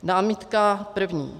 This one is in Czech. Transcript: Námitka první.